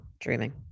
dreaming